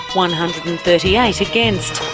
one hundred and thirty eight against,